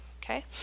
Okay